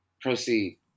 Proceed